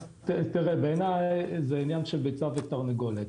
תראה, בעיני זה עניין של ביצה ותרנגולת.